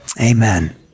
amen